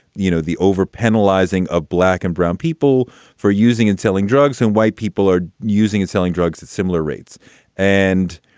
you know, the over penalizing of black and brown people for using and selling drugs. and white people are using it, selling drugs at similar rates and.